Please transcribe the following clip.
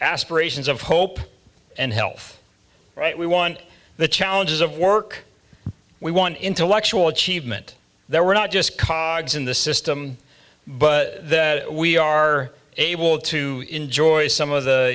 aspirations of hope and health right we want the challenges of work we want intellectual achievement there were not just coggs in the system but that we are able to enjoy some of the